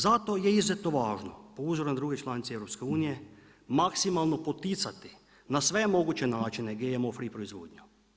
Zato je izuzetno važno, po uzoru na druge članice EU-a, maksimalno poticati na sve moguće načine GMO free proizvodnju.